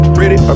ready